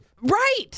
right